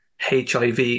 HIV